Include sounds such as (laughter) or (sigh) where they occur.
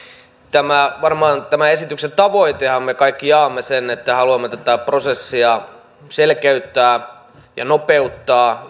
puhemies tämän esityksen tavoitteenhan varmaan me kaikki jaamme sen että haluamme tätä prosessia selkeyttää ja nopeuttaa (unintelligible)